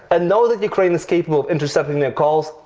and know that ukraine is capable of intercepting their calls,